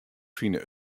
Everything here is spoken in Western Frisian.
fine